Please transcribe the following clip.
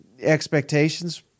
Expectations